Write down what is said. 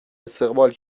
استقبال